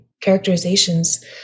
characterizations